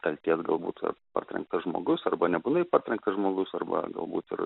kaltės galbūt ir partrenktas žmogus arba nebūtinai partrenktas žmogus arba galbūt ir